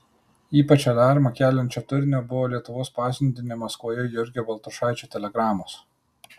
ypač aliarmą keliančio turinio buvo lietuvos pasiuntinio maskvoje jurgio baltrušaičio telegramos